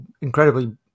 incredibly